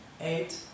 eight